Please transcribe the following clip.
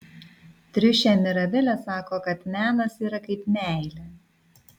triušė mirabelė sako kad menas yra kaip meilė